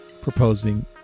proposing